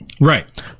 Right